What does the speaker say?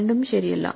രണ്ടും ശരിയല്ല